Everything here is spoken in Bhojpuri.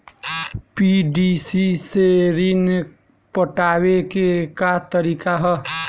पी.डी.सी से ऋण पटावे के का तरीका ह?